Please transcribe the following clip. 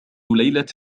ليلة